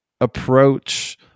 approach